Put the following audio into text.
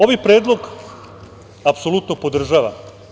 Ovaj predlog, apsolutno podržavam.